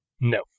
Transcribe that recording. No